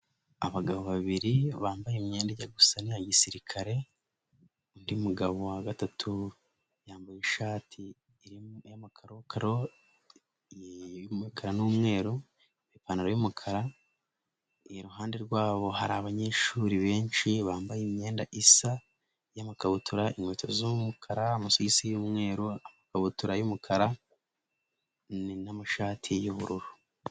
Abagabo babiri bambaye imyenda ijya gusa n'iya gisirikare. Undi mugabo wa gatatu yambaye ishati yamakarokaro y'umukara n'umweru, ipantaro y'umukara. Iruhande rwabo hari abanyeshuri benshi bambaye imyenda isa. Y'amakabutura, inkweto z'umukara, amasogisi y'umweru, ikabutura y'umukara n'amashati y'ubururu.